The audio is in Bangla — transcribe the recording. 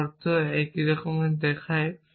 যার অর্থ আপনি তাদের একই রকম দেখান